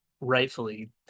rightfully